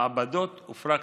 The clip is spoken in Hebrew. מעבדות ופרקטיקה.